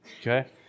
okay